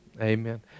Amen